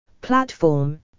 Platform